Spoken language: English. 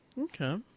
Okay